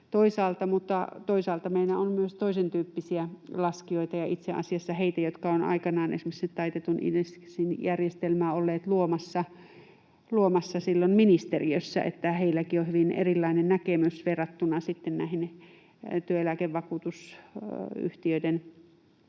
toisaalta meillä on myös toisentyyppisiä laskijoita ja itse asiassa heitä, jotka ovat aikanaan esimerkiksi taitetun indeksin järjestelmää olleet luomassa silloin ministeriössä, eli heilläkin on hyvin erilainen näkemys verrattuna sitten näihin työeläkevakuutusyhtiöiden